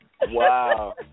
Wow